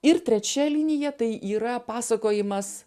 ir trečia linija tai yra pasakojimas